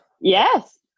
Yes